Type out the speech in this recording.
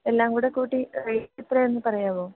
എല്ലാം കൂടി കൂട്ടി റേറ്റ് എത്രയാണെന്നു പറയാമോ